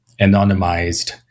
anonymized